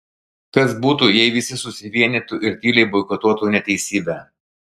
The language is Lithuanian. kas būtų jei visi susivienytų ir tyliai boikotuotų neteisybę